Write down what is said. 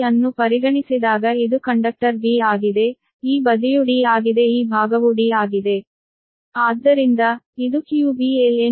ನೀವು ಈ qb ಅನ್ನು ಪರಿಗಣಿಸಿದಾಗ ಇದು ಕಂಡಕ್ಟರ್ b ಆಗಿದೆ ಈ ಬದಿಯು D ಆಗಿದೆ ಈ ಭಾಗವು D ಆಗಿದೆ